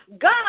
God